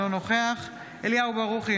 אינו נוכח אליהו ברוכי,